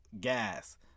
gas